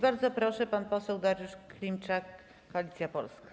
Bardzo proszę, pan poseł Dariusz Klimczak, Koalicja Polska.